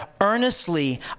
Earnestly